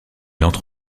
entre